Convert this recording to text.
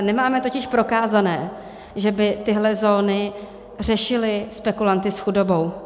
Nemáme totiž prokázané, že by tyhle zóny řešily spekulanty s chudobou.